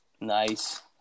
Nice